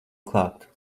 klāt